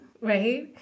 right